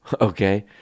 Okay